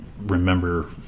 remember